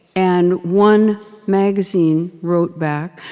and one magazine wrote back,